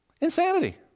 Insanity